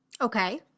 Okay